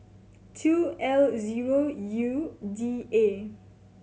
two L zero U D A